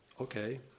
okay